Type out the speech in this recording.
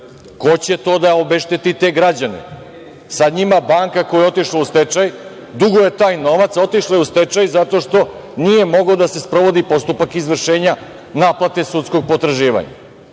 Ko će da obešteti te građane? Sada njima banka, koja je otišla u stečaj, duguje taj novac, a otišla je u stečaj zato što nije mogao da se sprovodi postupak izvršenja naplate sudskog potraživanja.